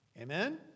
Amen